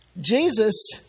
Jesus